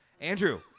Andrew